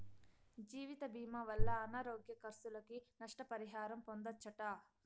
జీవితభీమా వల్ల అనారోగ్య కర్సులకి, నష్ట పరిహారం పొందచ్చట